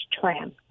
TRAM